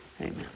Amen